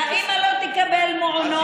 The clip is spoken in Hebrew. והאימא לא תקבל מעונות,